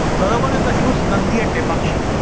the other one is the huge nandi at lepakshi,